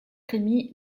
rémy